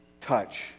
touch